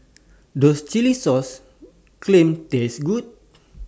Does Chilli Sauce Clams Taste Good